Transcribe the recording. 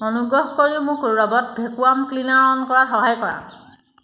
অনুগ্ৰহ কৰি মোক ৰবট ভেকুৱাম ক্লিনাৰ অন কৰাত সহায় কৰা